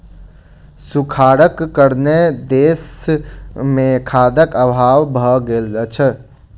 सूखाड़क कारणेँ देस मे खाद्यक अभाव भ गेल छल